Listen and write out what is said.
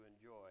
enjoy